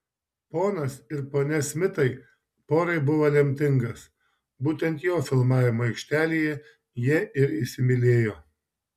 ponas ir ponia smitai porai buvo lemtingas būtent jo filmavimo aikštelėje jie ir įsimylėjo